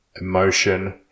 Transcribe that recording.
emotion